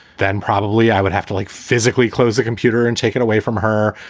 then probably i would have to, like, physically close the computer and take it away from her.